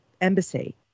embassy